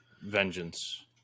Vengeance